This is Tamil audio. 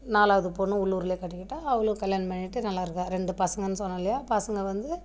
நாலாவது பொண்ணு உள்ளூர்லேயே கட்டிக்கிட்டாள் அவளும் கல்யாணம் பண்ணிட்டு நல்லாயிருக்கா ரெண்டு பசங்கன்னு சொன்னேன் இல்லையா பசங்கள் வந்து